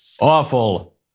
awful